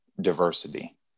diversity